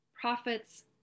Prophets